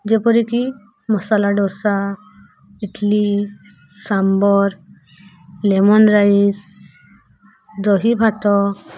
ଯେପରିକି masala dosa idli sambar lemon rice ଦହି ଭାତ